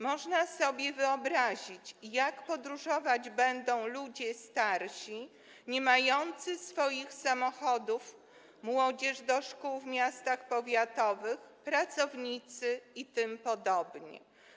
Można sobie wyobrazić, jak podróżować będą ludzie starsi niemający swoich samochodów, młodzież do szkół w miastach powiatowych, pracownicy itp.